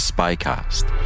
SpyCast